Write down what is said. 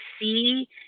see